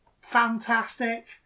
fantastic